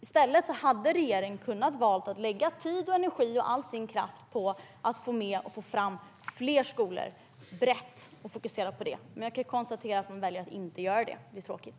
I stället hade regeringen kunnat välja att lägga tid och energi på att få fram fler skolor och fokusera på det. Jag kan konstatera att man väljer att inte göra det, och det är tråkigt.